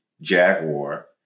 Jaguar